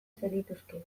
zenituzke